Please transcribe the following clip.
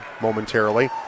momentarily